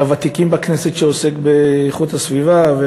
מהוותיקים בכנסת שעוסק באיכות הסביבה,